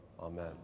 Amen